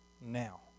now